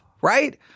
Right